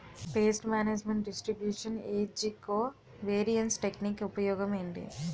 paste management distribution eddy covariance technique ఉపయోగం ఏంటి